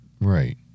Right